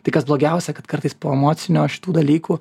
tai kas blogiausia kad kartais po emocinio šitų dalykų